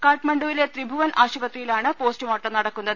കാഠ്മണ്ഡുവിലെ ത്രിഭുവൻ ആശുപത്രിയിലാണ് പോസ്റ്റുമോർട്ടം നടക്കുന്നത്